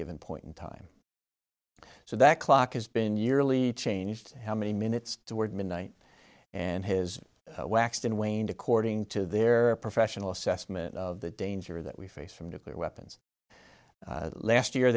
given point in time so that clock has been yearly changed how many minutes toward midnight and his whacks and waned according to their professional assessment of the danger that we face from nuclear weapons last year